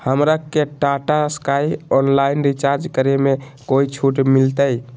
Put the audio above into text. हमरा के Tata Sky online recharge करे में कोई छूट मिलतई